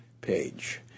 page